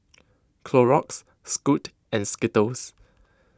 Clorox Scoot and Skittles